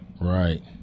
Right